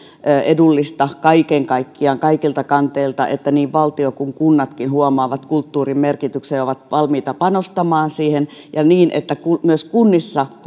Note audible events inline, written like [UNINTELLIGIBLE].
edullista kaiken kaikkiaan kaikilta kanteilta että niin valtio kuin kunnatkin huomaavat kulttuurin merkityksen ja ovat valmiita panostamaan siihen ja että myös kunnissa [UNINTELLIGIBLE]